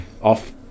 off